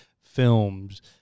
films